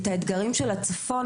את האתגרים של הצפון,